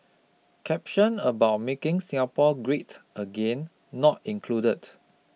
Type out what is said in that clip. caption about making Singapore great again not included